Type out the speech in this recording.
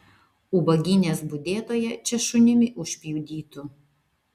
ubagynės budėtoją čia šunimi užpjudytų